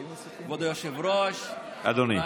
קח בבקשה את הגפרורים שלך, קח את גפרורי